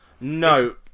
No